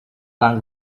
rang